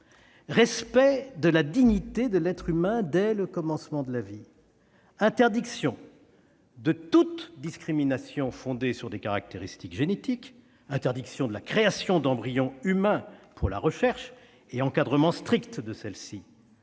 respect de la dignité de l'être humain dès le commencement de la vie ; interdiction de toute discrimination fondée sur des caractéristiques génétiques ; interdiction de la création d'embryons humains pour la recherche et encadrement strict de celle-ci